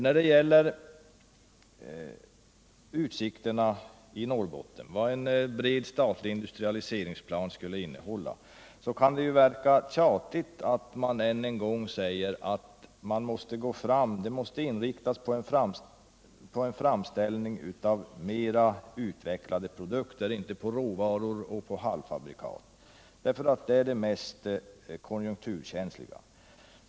När det gäller utsikterna i Norrbotten och vad en bred statlig industrialiseringsplan skulle innehålla kan det verka tjatigt att än en gång säga att den måste inriktas på framställning av mer utvecklade produkter — inte på råvaror och halvfabrikat, som är det mest konjunkturkänsliga.